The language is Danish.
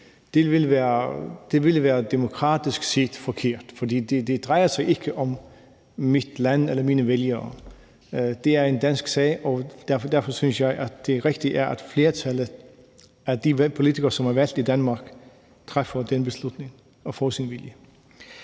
Det ville demokratisk set være forkert. For det drejer sig ikke om mit land eller mine vælgere; det er en dansk sag, og derfor synes jeg, at det rigtige er, at flertallet, altså de politikere, som er valgt i Danmark, træffer den beslutning og får sin vilje.